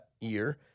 year